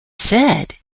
said